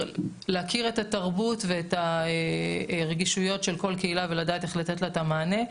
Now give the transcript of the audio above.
להכיר את התרבות ואת הרגישויות של כל קהילה ולדעת איך לתת לה את המענה,